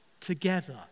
together